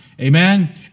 amen